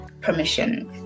permission